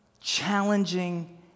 challenging